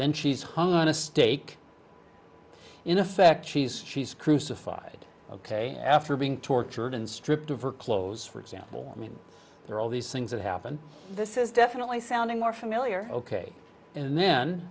then she's hung on a stake in effect she's crucified ok after being tortured and stripped of her clothes for example i mean there are all these things that happen this is definitely sounding more familiar ok and then